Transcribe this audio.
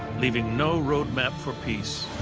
leaving no roadmap for peace.